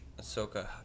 Ahsoka